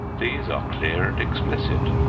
these are clear and explicit,